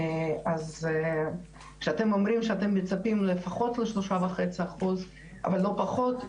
אז כשאתם אומרים שאתם מצפים לפחות ל-3.5% אבל לא פחות,